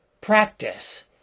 practice